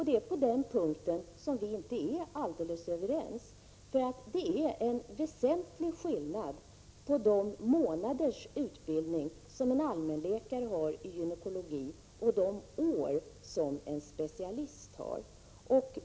Det är på den punkten som vi inte är helt överens. Det är en väsentlig skillnad på de månaders utbildning som en allmänläkare har i gynekologi och de år som en specialist har.